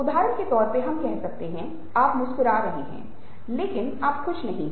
उदहारण के तौर पे हम कहते हैं कि आप मुस्कुरा रहे हैं लेकिन आप खुश नहीं हैं